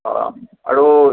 অঁ আৰু